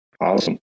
Awesome